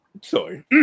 sorry